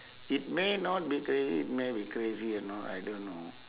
it may not be crazy it may be crazy or not I don't know